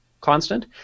constant